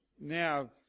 now